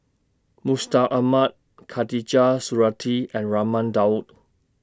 Mustaq Ahmad Khatijah Surattee and Raman Daud